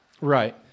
Right